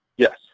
Yes